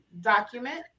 document